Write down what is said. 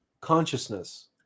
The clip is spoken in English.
consciousness